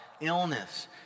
illness